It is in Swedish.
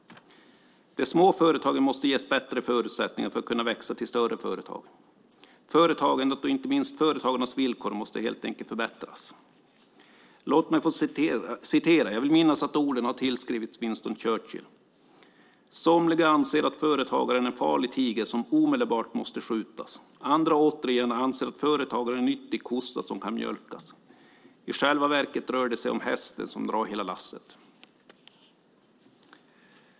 De små företagen måste ges bättre förutsättningar för att kunna växa till större företag. Företagandet och inte minst företagarnas villkor måste helt enkelt förbättras. Låt mig få komma med ett citat - jag vill minnas att orden har tillskrivits Winston Churchill: Somliga anser att företagaren är en farlig tiger som omedelbart måste skjutas. Andra återigen anser att företagaren är en nyttig kossa som kan mjölkas. I själva verket rör det sig om hästen som drar hela lasset.